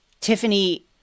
Tiffany